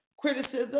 criticism